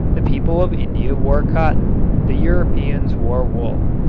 the people of india wore cotton the europeans wore wool.